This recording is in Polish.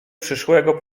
przyszłego